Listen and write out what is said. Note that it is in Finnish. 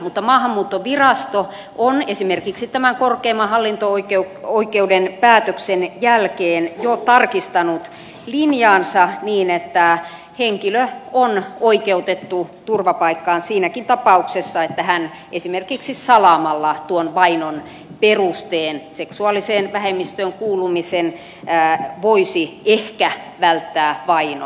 mutta maahanmuuttovirasto on esimerkiksi tämän korkeimman hallinto oikeuden päätöksen jälkeen jo tarkistanut linjaansa niin että henkilö on oikeutettu turvapaikkaan siinäkin tapauksessa että hän esimerkiksi salaamalla tuon vainon perusteen seksuaaliseen vähemmistöön kuulumisen voisi ehkä välttää vainon